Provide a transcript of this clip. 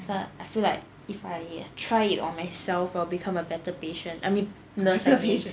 but I feel like if I try it on myself I'll become a better patient I mean nurse I mean